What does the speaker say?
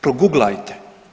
Proguglajte.